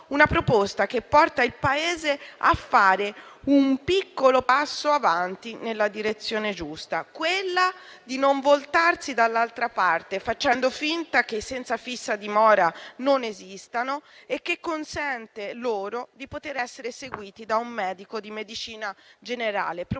Una proposta che porta il Paese a fare un piccolo passo avanti nella direzione giusta, quella di non voltarsi dall'altra parte, facendo finta che i senza fissa dimora non esistano e che consente loro di essere seguiti da un medico di medicina generale. Proposta,